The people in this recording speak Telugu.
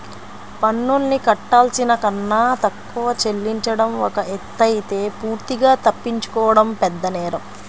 పన్నుల్ని కట్టాల్సిన కన్నా తక్కువ చెల్లించడం ఒక ఎత్తయితే పూర్తిగా తప్పించుకోవడం పెద్దనేరం